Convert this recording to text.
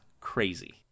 crazy